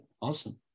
awesome